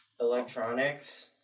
electronics